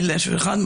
המציל נפש אחת,